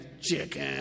Chicken